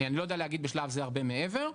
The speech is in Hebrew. אני לא יודע להגיד בשלב זה הרבה מעבר.